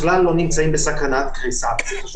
נתחיל בהקראה --- אבל זה חשוב